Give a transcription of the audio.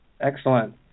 Excellent